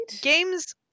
Games